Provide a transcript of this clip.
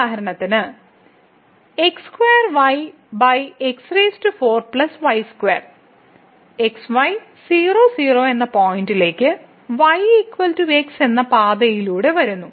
ഉദാഹരണത്തിന് x2y x4 y2 x y 00 എന്ന പോയിന്റിലേക്ക് എന്ന പാതയിലൂടെ വരുന്നു